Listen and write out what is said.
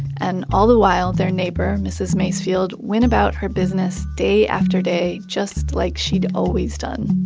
and, all the while, their neighbor, mrs. macefield, went about her business day after day just like she'd always done.